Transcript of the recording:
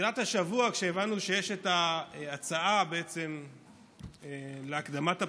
בתחילת השבוע, כשהבנו שיש הצעה להקדמת הבחירות,